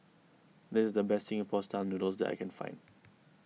this is the best Singapore Style Noodles that I can find